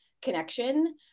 connection